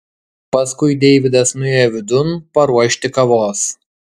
paskui deividas nuėjo vidun paruošti kavos